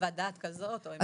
חוות דעת כזאת או אחרת.